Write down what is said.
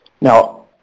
Now